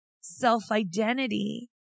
self-identity